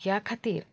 ह्या खातीर